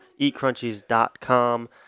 eatcrunchies.com